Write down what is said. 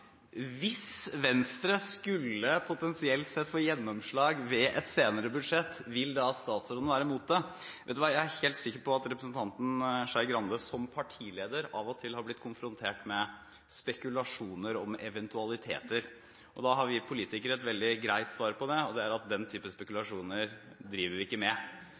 statsråden være mot det? Jeg er helt sikker på at representanten Skei Grande som partileder av og til har blitt konfrontert med spekulasjoner om eventualiteter. Da har vi politikere et veldig greit svar på det, og det er at den typen spekulasjoner driver vi ikke med.